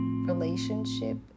relationship